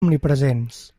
omnipresents